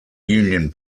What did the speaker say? union